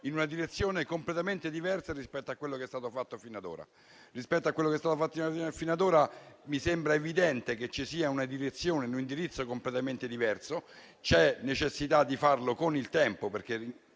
in una direzione completamente diversa rispetto a quello che è stato fatto fino ad ora. Rispetto a questo mi sembra evidente che ci siano una direzione e un indirizzo completamente diversi. C'è necessità di farlo con il tempo, perché